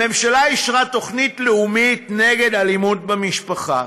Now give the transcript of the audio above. הממשלה אישרה תוכנית לאומית נגד אלימות במשפחה,